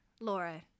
Laura